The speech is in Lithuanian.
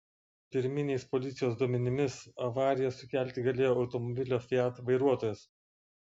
pirminiais policijos duomenimis avariją sukelti galėjo automobilio fiat vairuotojas